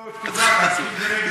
תתרגל.